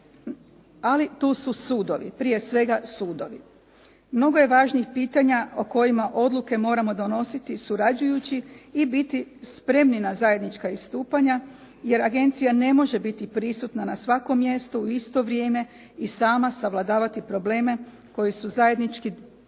Ali tu su sudovi, prije svega sudovi. Mnogo je važnijih pitanja o kojima odluke moramo donositi surađujući i biti spremni na zajednička istupanja, jer agencija ne može biti prisutna na svakom mjestu u isto vrijeme i sama savladavati probleme koji su zajednički problemi